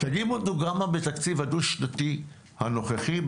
תגידו כמה בתקציב הדו-שנתי הנוכחי,